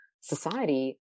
society